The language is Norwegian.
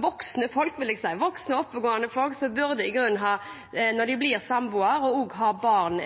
voksne, oppegående folk – vil jeg si – som skriver den samboeravtalen når de blir samboere og har barn,